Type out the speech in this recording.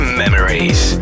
memories